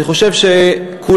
אני חושב שכולנו,